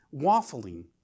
waffling